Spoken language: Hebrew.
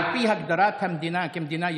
על פי הגדרת המדינה כמדינה יהודית,